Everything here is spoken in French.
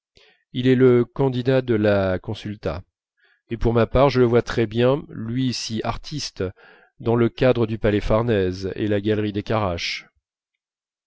il est le candidat de la consulta et pour ma part je le vois très bien lui artiste dans le cadre du palais farnèse et la galerie des